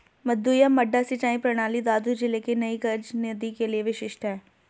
मद्दू या मड्डा सिंचाई प्रणाली दादू जिले की नई गज नदी के लिए विशिष्ट है